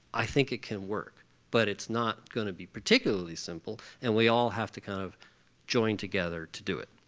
i think it can work but it's not going to be particularly simple and we all have to kind of join together to do it.